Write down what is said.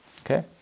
Okay